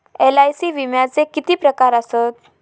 LIC विम्याचे किती प्रकार आसत?